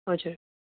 हजुर